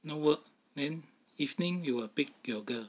no work then evening you were pick your girl